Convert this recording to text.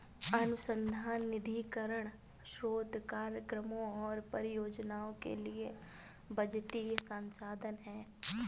अनुसंधान निधीकरण स्रोत कार्यक्रमों और परियोजनाओं के लिए बजटीय संसाधन है